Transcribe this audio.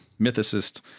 mythicist